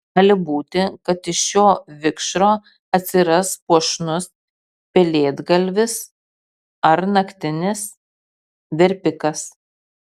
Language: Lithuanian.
gali būti kad iš šio vikšro atsiras puošnus pelėdgalvis ar naktinis verpikas